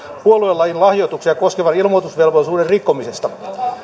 puoluelain lahjoituksia koskevan ilmoitusvelvollisuuden rikkomisesta